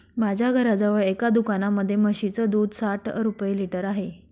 माझ्या घराजवळ एका दुकानामध्ये म्हशीचं दूध साठ रुपये लिटर आहे